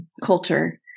culture